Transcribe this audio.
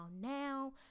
now